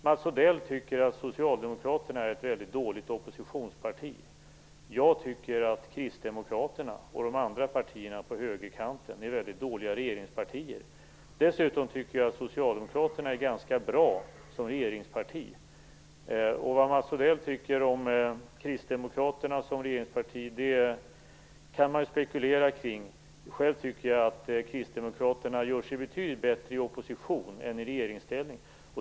Mats Odell tycker att Socialdemokraterna är ett väldigt dåligt oppositionsparti. Jag tycker att Kristdemokraterna och de andra partierna på högerkanten är väldigt dåliga regeringspartier. Dessutom tycker jag att Socialdemokraterna är ganska bra som regeringsparti. Vad Mats Odell tycker om Kristdemokraterna som regeringsparti kan man ju spekulera kring. Själv tycker jag att Kristdemokraterna gör sig betydligt bättre i opposition än i regeringsställning.